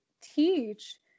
teach